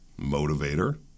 motivator